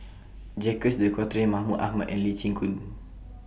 Jacques De Coutre Mahmud Ahmad and Lee Chin Koon